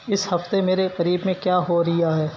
اس ہفتے میرے قریب میں کیا ہو رہا ہے